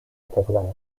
έφευγαν